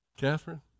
Catherine